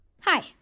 Hi